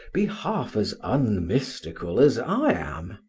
be half as unmystical as i am.